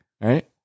right